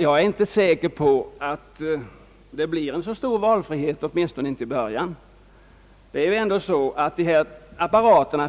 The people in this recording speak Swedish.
Jag är inte så säker på att det blir så stor valfrihet, åtminstone inte i början. En